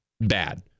bad